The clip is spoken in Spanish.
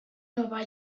nueva